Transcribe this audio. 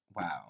wow